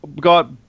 got